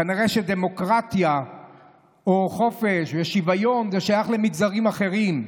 כנראה שדמוקרטיה או חופש ושוויון זה שייך למגזרים אחרים,